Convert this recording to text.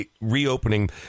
reopening